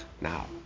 now